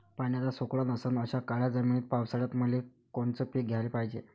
पाण्याचा सोकत नसन अशा काळ्या जमिनीत पावसाळ्यात कोनचं पीक घ्याले पायजे?